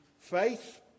Faith